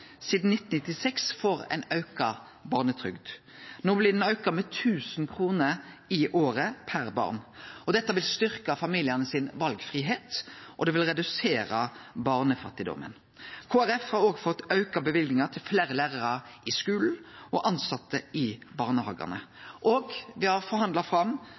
sidan 1996 får ein auke i barnetrygda. No blir ho auka med 1 000 kr i året per barn. Dette vil styrkje valfridomen til familiane, og det vil redusere barnefattigdomen. Kristeleg Folkeparti har òg fått auka løyvingane til fleire lærarar i skulen og til tilsette i barnehagane. Me har forhandla fram